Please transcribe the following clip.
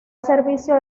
servicio